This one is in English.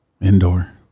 Indoor